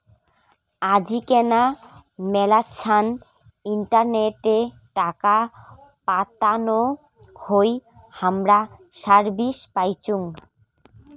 আজিকেনা মেলাছান ইন্টারনেটে টাকা পাতানো হই হামরা সার্ভিস পাইচুঙ